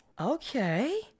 okay